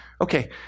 okay